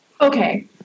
Okay